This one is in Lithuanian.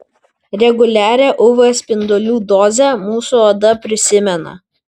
reguliarią uv spindulių dozę mūsų oda prisimena